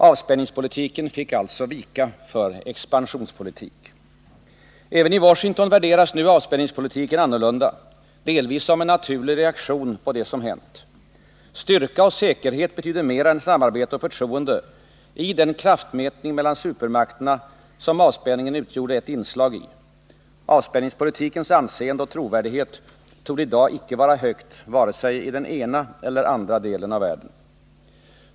Avspänningspolitiken fick alltså vika för expansionspolitik. Även i Washington värderas nu avspänningspolitiken annorlunda, delvis som en naturlig reaktion på det som hänt. Styrka och säkerhet betyder mer än samarbete och förtroende i den kraftmätning mellan supermakterna som avspänningen utgjorde ett inslag i. Avspänningspolitikens anseende och trovärdighet torde i dag icke vara högt vare sig i den ena eller den andra delen av världen.